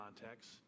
context